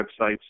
websites